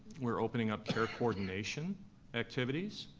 we're opening up care coordination activities.